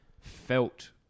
felt